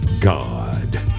god